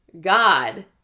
God